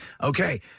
Okay